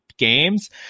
games